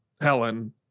Helen